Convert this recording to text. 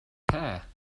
care